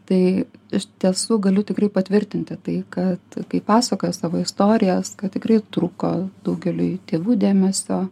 tai iš tiesų galiu tikrai patvirtinti tai kad kai pasakoja savo istorijas kad tikrai trūko daugeliui tėvų dėmesio